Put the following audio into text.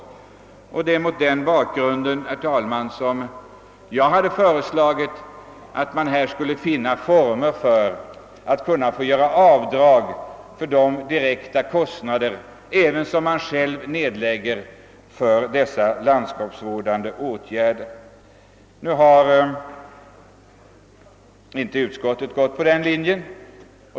Det är av denna anledning, herr talman, som jag föreslagit att man skulle försöka finna former för beviljande av skatteavdrag för de direkta kostnader som är förenade med landskapsvårdande åtgärder. Utskottet har emellertid inte följt denna linje.